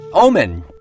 Omen